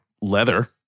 leather